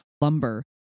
lumber